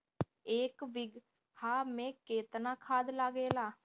एक बिगहा में केतना खाद लागेला?